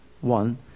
one